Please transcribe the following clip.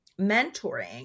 mentoring